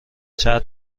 چتر